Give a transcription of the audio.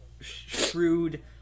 shrewd